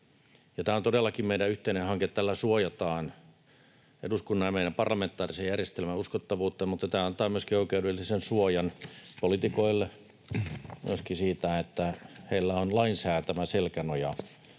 Tämä on todellakin meidän yhteinen hanke. Tällä suojataan eduskunnan ja meidän parlamentaarisen järjestelmän uskottavuutta, mutta tämä antaa myöskin oikeudellisen suojan poliitikoille siitä, että heillä on lain säätämä selkänoja